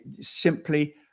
simply